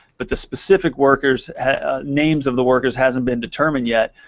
but the specific workers names of the workers hasn't been determined yet.